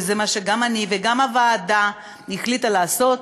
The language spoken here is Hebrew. וזה מה שגם אני וגם הוועדה החלטנו לעשות,